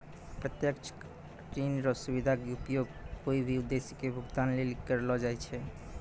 प्रत्यक्ष ऋण रो सुविधा के उपयोग कोय भी उद्देश्य के भुगतान लेली करलो जाय छै